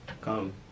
come